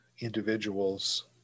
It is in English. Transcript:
individuals